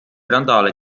randale